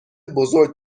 بزرگ